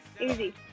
Easy